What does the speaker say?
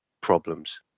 problems